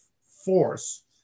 force